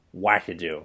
wackadoo